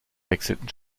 wechselten